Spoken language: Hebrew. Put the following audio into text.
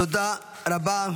תודה רבה.